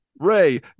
Ray